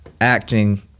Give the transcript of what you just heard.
acting